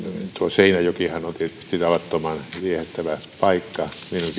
seinäjokihan on tietysti tavattoman viehättävä paikka minunkin